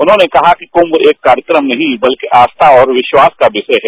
उन्होंने कहा कि कृष एक कार्यक्रम नहीं बल्कि आस्था और विस्वास का विषय है